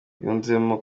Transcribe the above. yunzemo